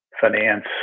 finance